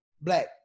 black